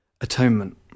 Atonement